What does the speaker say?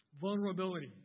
Vulnerability